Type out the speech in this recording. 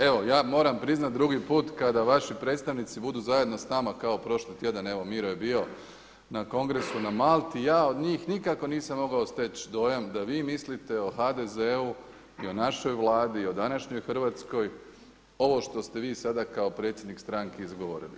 Evo ja moram priznati da drugi put kada vaši predstavnici budu zajedno sa nama kao prošli tjedan evo Miro je bio na kongresu na Malti, ja od njih nikako nisam mogao steći dojam da vi mislite o HDZ-u i o našoj Vladi, o današnjoj Hrvatskoj ovo što ste vi sada kao predsjednik stranke izgovorili.